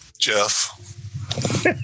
Jeff